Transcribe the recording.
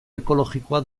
ekologikoa